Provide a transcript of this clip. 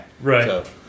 Right